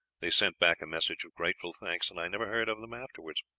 they sent back a message of grateful thanks, and i never heard of them afterwards.